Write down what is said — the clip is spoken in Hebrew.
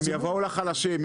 הם יבואו לחלשים,